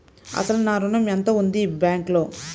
అసలు నా ఋణం ఎంతవుంది బ్యాంక్లో?